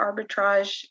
arbitrage